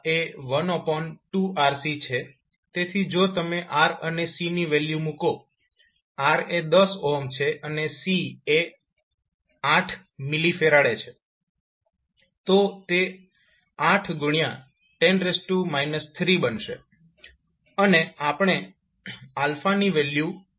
તેથી એ 12RC છે તેથી જો તમે R અને C ની વેલ્યુ મૂકો R એ 10 છે C એ 8 mF છે તો તે 810 3બનશે અને આપણને ની વેલ્યુ 6